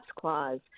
clause